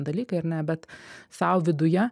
dalykai ar ne bet sau viduje